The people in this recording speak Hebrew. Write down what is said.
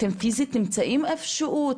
אתם פיזית נמצאים איפה שהוא?